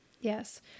Yes